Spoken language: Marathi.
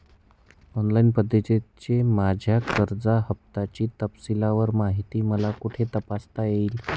ऑनलाईन पद्धतीने माझ्या कर्ज हफ्त्याची तपशीलवार माहिती मला कुठे तपासता येईल?